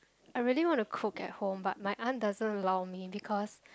I really wanna cook at home but my aunt doesn't allow me because